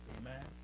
Amen